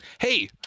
Hey